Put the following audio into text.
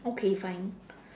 okay fine